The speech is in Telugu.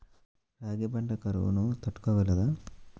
రాగి పంట కరువును తట్టుకోగలదా?